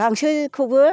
गांसोखौबो